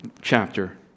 chapter